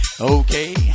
Okay